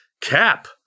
Cap